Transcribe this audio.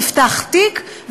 נפתח תיק,